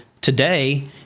today